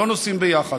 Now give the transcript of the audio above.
לא נוסעים ביחד.